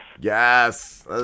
Yes